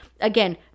Again